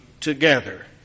together